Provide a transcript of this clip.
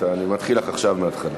אני מתחיל עכשיו מהתחלה.